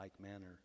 manner